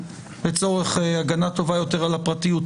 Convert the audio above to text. לצורך הגנה טובה יותר על הפרטיות,